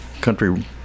country